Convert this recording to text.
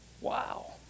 Wow